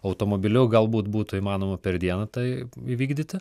automobiliu galbūt būtų įmanoma per dieną tai įvykdyti